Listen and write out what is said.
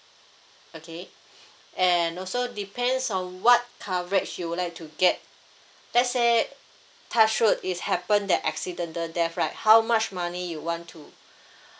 okay and also depends on what coverage you would like to get let's say touch wood this happen that accidental death right how much money you want to